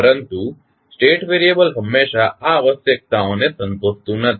પરંતુ state variable હંમેશાં આ આવશ્યકતાને સંતોષતું નથી